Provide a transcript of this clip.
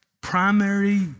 primary